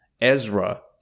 Ezra